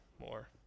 more